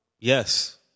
Yes